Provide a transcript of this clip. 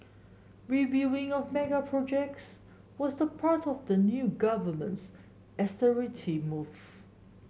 reviewing of mega projects was part of the new government's austerity move